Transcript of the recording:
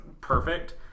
perfect